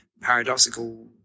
paradoxical